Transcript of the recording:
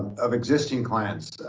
of existing clients.